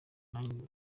nanjye